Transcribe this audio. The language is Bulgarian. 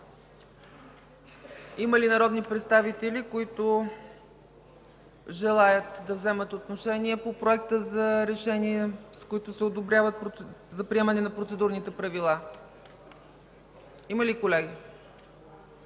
Има ли народни представители, които желаят да вземат отношение по Проекта за решение за приемане на процедурните правила? Има ли, колеги?